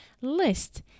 list